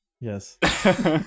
Yes